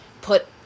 put